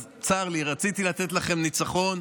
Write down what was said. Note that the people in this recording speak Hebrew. אז צר לי, רציתי לתת לכם ניצחון,